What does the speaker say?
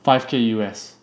five K U_S